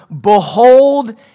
behold